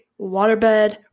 waterbed